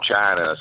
China